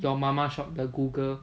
your mama shop the google